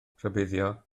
rhybuddio